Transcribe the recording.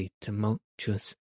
tumultuous